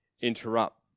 interrupt